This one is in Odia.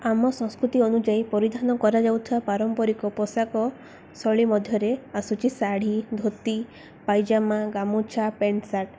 ଆମ ସଂସ୍କୃତି ଅନୁଯାୟୀ ପରିଧାନ କରାଯାଉଥିବା ପାରମ୍ପରିକ ପୋଷାକ ଶୈଳୀ ମଧ୍ୟରେ ଆସୁଚି ଶାଢ଼ୀ ଧୋତି ପାଇଜାମା ଗାମୁଛା ପ୍ୟାଣ୍ଟ ସାର୍ଟ